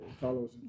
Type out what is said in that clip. Carlos